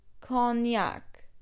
cognac